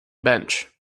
bench